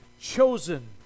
chosen